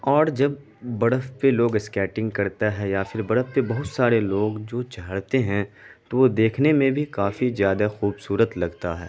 اور جب برف پہ لوگ اسکیٹنگ کرتا ہے یا پھر برف پہ بہت سارے لوگ جو چڑھتے ہیں تو وہ دیکھنے میں بھی کافی زیادہ خوبصورت لگتا ہے